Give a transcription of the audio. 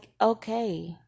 okay